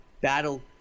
battle